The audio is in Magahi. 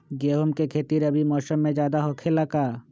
गेंहू के खेती रबी मौसम में ज्यादा होखेला का?